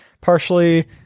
partially